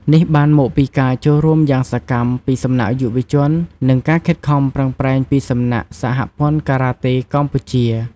នេះបានមកពីការចូលរួមយ៉ាងសកម្មពីសំណាក់យុវជន និងការខិតខំប្រឹងប្រែងពីសំណាក់ សហព័ន្ធការ៉ាតេកម្ពុជា។